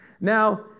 Now